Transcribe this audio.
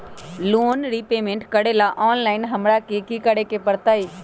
Loan repayment करेला online हमरा की करे के परतई?